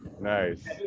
Nice